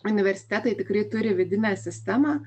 universitetai tikrai turi vidinę sistemą